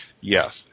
yes